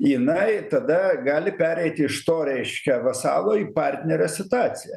jinai tada gali pereiti iš to reiškia vasalo partnerės situaciją